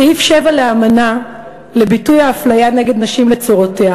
סעיף 7 לאמנה לביטול האפליה נגד נשים לצורותיה